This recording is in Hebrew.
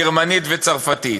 גרמנית וצרפתית.